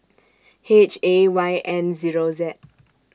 H A Y N Zero Z